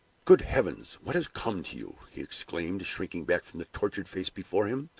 good heavens! what has come to you! he exclaimed, shrinking back from the tortured face before him,